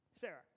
Sarah